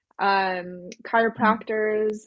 chiropractors